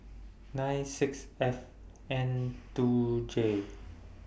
nine six F N two J